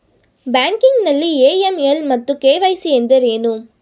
Banking ನಲ್ಲಿ AML ಮತ್ತು KYC ಎಂದರೇನು?